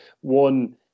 One